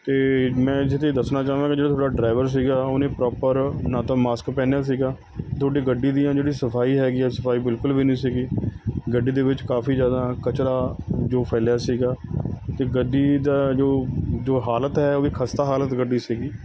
ਅਤੇ ਮੈਂ ਜਿੱਥੇ ਦੱਸਣਾ ਚਾਹਾਂਗਾ ਜਿਹੜਾ ਤੁਹਾਡਾ ਡਰਾਈਵਰ ਸੀਗਾ ਉਹਨੇ ਪ੍ਰੋਪਰ ਨਾ ਤਾਂ ਮਾਸਕ ਪਹਿਨਿਆ ਸੀਗਾ ਤੁਹਾਡੀ ਗੱਡੀ ਦੀਆਂ ਜਿਹੜੀ ਸਫ਼ਾਈ ਹੈਗੀ ਹੈ ਸਫ਼ਾਈ ਬਿਲਕੁਲ ਵੀ ਨਹੀਂ ਸੀਗੀ ਗੱਡੀ ਦੇ ਵਿੱਚ ਕਾਫ਼ੀ ਜ਼ਿਆਦਾ ਕਚਰਾ ਜੋ ਫੈਲਿਆ ਸੀਗਾ ਅਤੇ ਗੱਡੀ ਦਾ ਜੋ ਜੋ ਹਾਲਤ ਹੈ ਉਹ ਵੀ ਖਸਤਾ ਹਾਲਤ ਗੱਡੀ ਸੀਗੀ